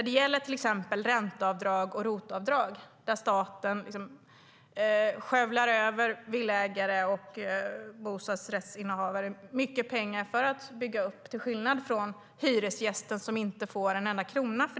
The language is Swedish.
Det gäller till exempel ränteavdrag och ROT-avdrag, där staten skyfflar över mycket pengar till villaägare och bostadsrättshavare för att bygga upp till skillnad från hyresgästen som inte får en enda krona.